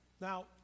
Now